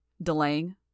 Delaying